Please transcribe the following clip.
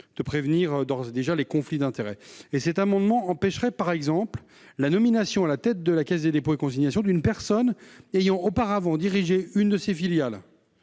de prévenir les conflits d'intérêts. De plus, l'adoption de cet amendement empêcherait, par exemple, la nomination à la tête de la Caisse des dépôts et consignations d'une personne ayant auparavant dirigé une de ses filiales.